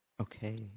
Okay